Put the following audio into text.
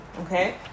okay